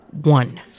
one